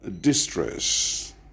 distress